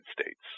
States